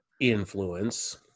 influence